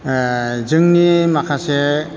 जोंनि माखासे